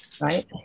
right